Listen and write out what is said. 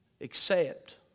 accept